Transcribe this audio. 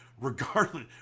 Regardless